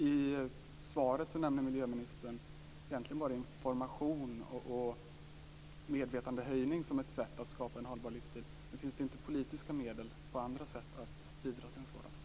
I svaret nämner miljöministern egentligen bara information och medvetandehöjning som sätt att skapa en hållbar livsstil, men finns det inte politiska medel att på andra sätt bidra till en sådan?